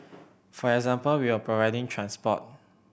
for example we were providing transport